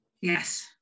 Yes